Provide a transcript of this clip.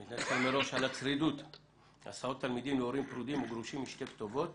הנושא: הסעות תלמידים להורם פרודים או גרושים משתי כתובות.